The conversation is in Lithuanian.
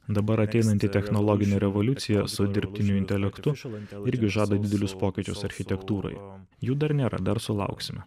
dabar ateinanti technologinė revoliucija su dirbtiniu intelektu irgi žada didelius pokyčius architektūroje jų dar nėra dar sulauksime